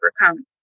overcome